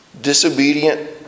disobedient